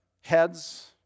heads